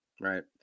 Right